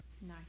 Nice